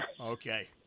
Okay